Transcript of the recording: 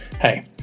Hey